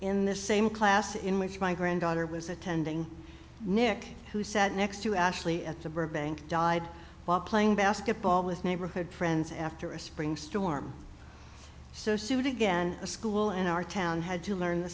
in this same class in which my granddaughter was attending nick who sat next to ashley at the burbank died while playing basketball with neighborhood friends after a spring storm so soon again a school in our town had to learn the